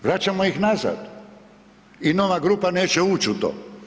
Vraćamo ih nazad i nova grupa neće ući u to.